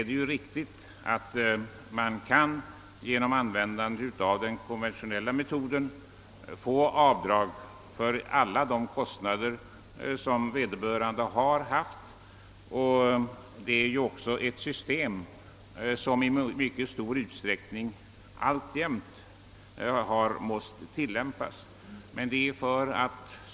Det är riktigt att man genom att använda den konventionella metoden kan få göra avdrag för alla kostnader man haft, och det är också ett system som i mycket stor utsträckning har måst tillämpas.